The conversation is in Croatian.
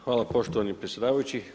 Hvala poštovani predsjedavajući.